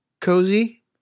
cozy